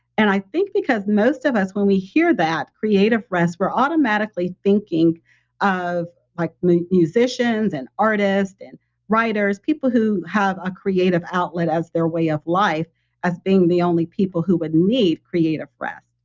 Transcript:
and i think because most of us when we hear that creative rest, we're automatically thinking of like musicians and artists and writers, people who have a creative outlet as their way of life as being the only people who would need creative rest.